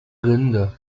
rinde